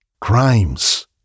crimes